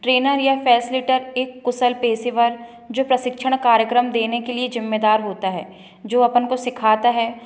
trainer या facilitator एक कुशल पेशेवर जो प्रशिक्षण कार्यक्रम देने के लिए जिम्मेदार होता है जो अपन को सीखाता है